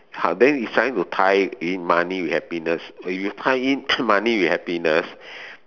!huh! then it's trying to tie in money with happiness if you tie in money with happiness